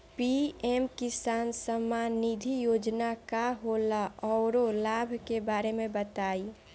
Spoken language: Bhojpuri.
पी.एम किसान सम्मान निधि योजना का होला औरो लाभ के बारे में बताई?